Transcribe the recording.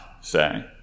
say